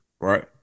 right